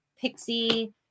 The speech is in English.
pixie